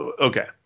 Okay